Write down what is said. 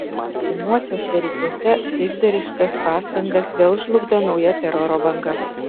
artimuosiuose rytuose taikdariškas pastangas vėl žlugdo nauja teroro banga